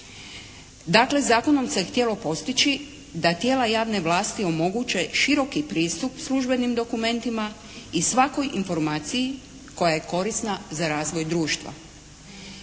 Dakle zakonom se htjelo postići da tijela javne vlasti omoguće široki pristup službenim dokumentima i svakoj informaciji koja je korisna za razvoj društva.